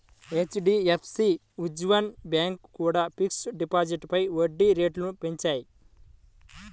HDFC, Ujjivan bank కూడా fixed డిపాజిట్లపై వడ్డీ రేట్లను పెంచాయి